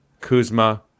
Kuzma